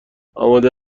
آماده